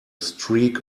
streak